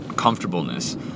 comfortableness